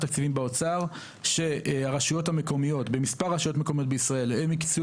באוצר שבמספר רשויות מקומיות בישראל הם הקצו